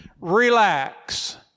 Relax